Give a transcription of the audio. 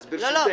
אז ברשותך.